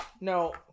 No